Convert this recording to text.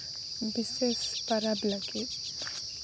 ᱵᱤᱥᱮᱥ ᱯᱟᱨᱟᱵᱽ ᱞᱟᱹᱜᱤᱫ